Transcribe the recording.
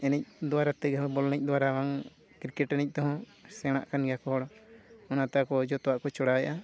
ᱮᱱᱮᱡ ᱫᱟᱨᱟᱭ ᱛᱮᱜᱮ ᱵᱚᱞ ᱮᱱᱮᱡ ᱫᱟᱨᱟᱭ ᱛᱮᱜᱮ ᱠᱨᱤᱠᱮᱴ ᱮᱱᱮᱡ ᱛᱮ ᱦᱚᱸ ᱥᱮᱬᱟᱜ ᱠᱟᱱ ᱜᱮᱭᱟ ᱦᱚᱲ ᱚᱱᱟᱛᱮ ᱟᱠᱚ ᱡᱚᱛᱚᱣᱟᱜ ᱠᱚ ᱪᱚᱲᱟᱣᱮᱜᱼᱟ